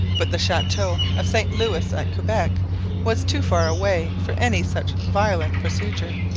but the chateau of st louis at quebec was too far away for any such violent procedure.